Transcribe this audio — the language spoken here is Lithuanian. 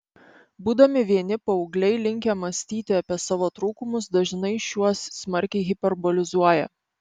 būdami vieni paaugliai linkę mąstyti apie savo trūkumus dažnai šiuos smarkiai hiperbolizuoja